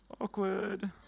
awkward